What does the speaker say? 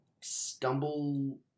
stumble